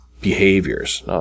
behaviors